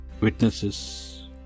witnesses